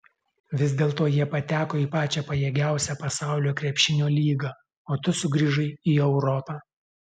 vis dėlto jie pateko į pačią pajėgiausią pasaulio krepšinio lygą o tu sugrįžai į europą